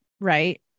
Right